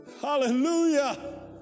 Hallelujah